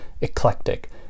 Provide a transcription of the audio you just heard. eclectic